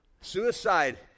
Suicide